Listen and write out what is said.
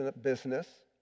business